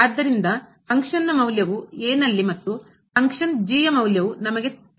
ಆದ್ದರಿಂದ ಫಂಕ್ಷನ್ ನ ಕ್ರಿಯೆಯ ಮೌಲ್ಯವು ಮತ್ತು ಫಂಕ್ಷನ್ ಕ್ರಿಯೆ ಯ ಮೌಲ್ಯ ನಮಗೆ ತಿಳಿದಿದೆ